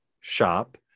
shop